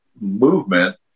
movement